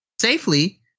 safely